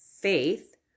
faith